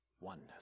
oneness